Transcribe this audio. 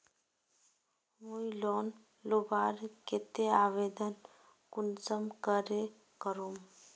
मुई लोन लुबार केते आवेदन कुंसम करे करूम?